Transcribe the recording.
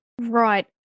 Right